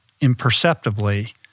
imperceptibly